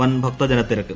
വൻ ഭക്തജനത്തിരക്ക്